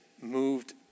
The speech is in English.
moved